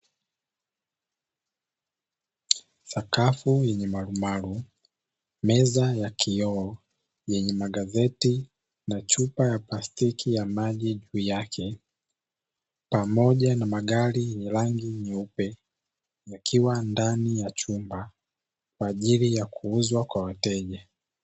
Sakafu yenye marumaru, meza ya kioo yenye magazeti na chupa ya plastiki ya maji juu yake, pamoja na magari yenye rangi nyeupe, yakiwa ndani ya chumba kwa ajili ya kuuzwa kwa wateja.